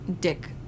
Dick